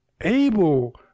able